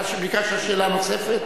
אתה ביקשת שאלה נוספת?